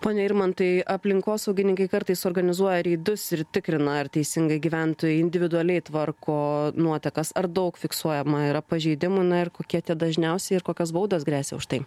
pone irmantai aplinkosaugininkai kartais organizuoja reidus ir tikrina ar teisingai gyventojai individualiai tvarko nuotekas ar daug fiksuojama yra pažeidimų na ir kokie tie dažniausi ir kokios baudos gresia už tai